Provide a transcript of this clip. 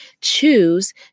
choose